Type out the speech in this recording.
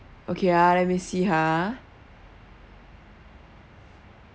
okay ah let me see ah